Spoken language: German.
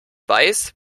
weiß